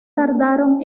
tardaron